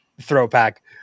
throwback